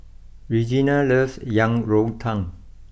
Regina loves Yang Rou Tang